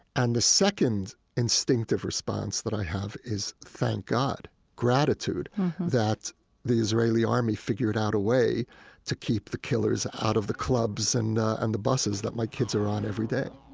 and the second instinctive response that i have is thank god, gratitude that the israeli army figured out a way to keep the killers out of the clubs and and the buses that my kids are on every day